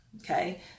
Okay